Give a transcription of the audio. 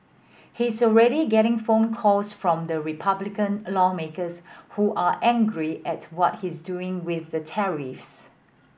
he's already getting phone calls from the Republican lawmakers who are angry at what he's doing with the tariffs